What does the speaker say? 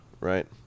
right